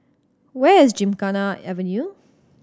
where is Gymkhana Avenue